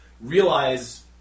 realize